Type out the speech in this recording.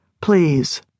Please